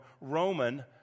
Roman